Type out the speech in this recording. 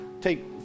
take